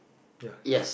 ya sia